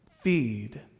feed